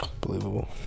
Believable